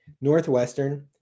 Northwestern